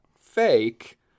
fake